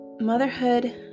motherhood